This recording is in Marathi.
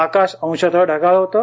आकाश अंशत ढगाळ होतं